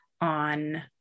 on